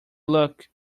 look